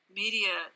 media